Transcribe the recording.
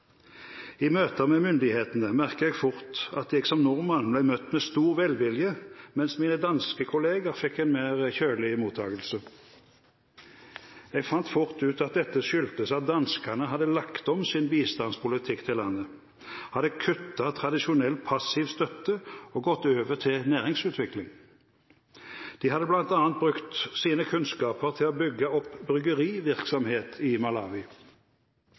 I møter med myndighetene merket jeg fort at jeg som nordmann ble møtt med stor velvilje, mens mine danske kolleger fikk en mer kjølig mottakelse. Jeg fant fort ut at dette skyldtes at danskene hadde lagt om sin bistandspolitikk til landet, hadde kuttet tradisjonell passiv støtte og gått over til næringsutvikling. De hadde bl.a. brukt sine kunnskaper til å bygge opp bryggerivirksomhet i Malawi.